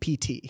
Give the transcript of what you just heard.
PT